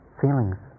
feelings